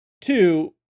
two